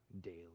daily